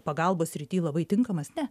pagalbos srity labai tinkamas ne